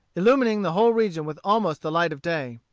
illumining the whole region with almost the light of day.